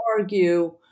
argue